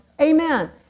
Amen